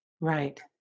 Right